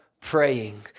praying